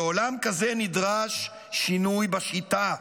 בעולם כזה נדרש שינוי בשיטה.